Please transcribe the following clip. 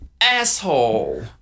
Asshole